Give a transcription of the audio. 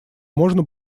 можно